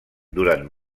durant